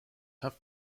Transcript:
have